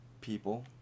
people